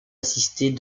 assistée